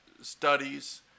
studies